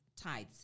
Tithes